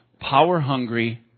power-hungry